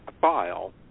file